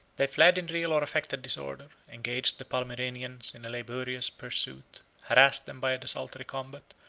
they fled in real or affected disorder, engaged the palmyrenians in a laborious pursuit, harassed them by a desultory combat,